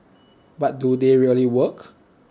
but do they really work